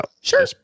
Sure